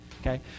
okay